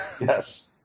Yes